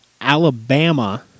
Alabama